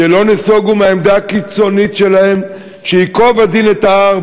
שלא נסוגו מהעמדה הקיצונית שלהם: ייקוב הדין את ההר,